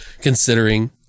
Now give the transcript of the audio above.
considering